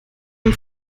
dem